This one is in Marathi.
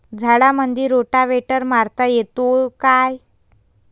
झाडामंदी रोटावेटर मारता येतो काय?